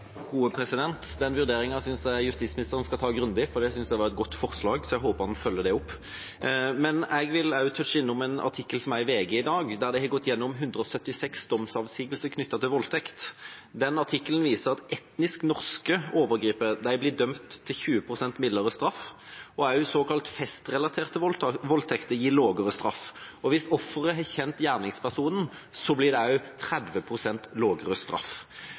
Den vurderingen synes jeg justisministeren skal ta grundig, for det synes jeg var et godt forslag, så jeg håper at han følger det opp. Men jeg vil også touche innom en artikkel som er i VG i dag, der de har gått gjennom 176 domsavsigelser knyttet til voldtekt. Den artikkelen viser at etnisk norske overgripere blir dømt til 20 pst. mildere straff, og også såkalte festrelaterte voldtekter gir lavere straff. Hvis offeret har kjent gjerningspersonen, blir det 30 pst. lavere straff.